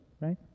Right